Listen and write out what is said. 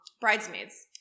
Bridesmaids